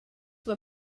were